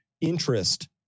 interest